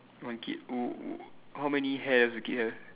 one kid oh oh how many hair does the kid have